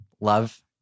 Love